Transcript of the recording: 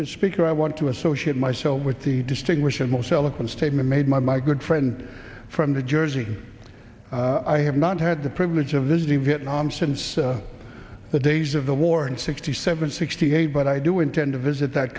was speaker i want to associate myself with the distinguished most eloquent statement made by my good friend from the jersey i have not had the privilege of visiting vietnam since the days of the war in sixty seven sixty eight but i do intend to visit that